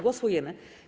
Głosujemy.